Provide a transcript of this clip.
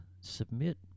submit